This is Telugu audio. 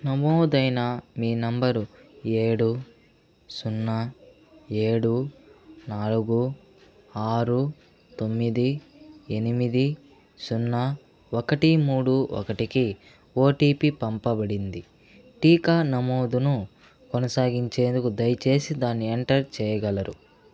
నమోదైన మీ నంబరు ఏడు సున్నా ఏడు నాలుగు ఆరు తొమ్మిది ఎనిమిది సున్నా ఒకటి మూడు ఒకటికి ఓటీపీ పంపబడింది టీకా నమోదును కొనసాగించేందుకు దయచేసి దాన్ని ఎంటర్ చేయగలరు